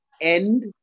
end